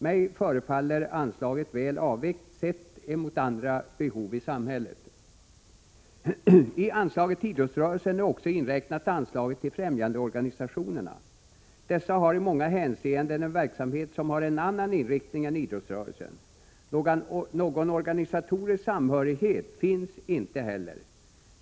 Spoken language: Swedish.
Mig förefaller anslaget väl avvägt sett emot andra behov i samhället. I anslaget till idrottsrörelsen är också inräknat anslaget till främjandeorganisationerna. Dessa har i många hänseenden en verksamhet med en annan inriktning än idrottsrörelsen. Någon organisatorisk samhörighet finns inte heller.